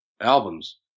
albums